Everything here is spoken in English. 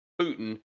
Putin